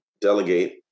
delegate